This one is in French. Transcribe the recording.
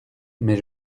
mais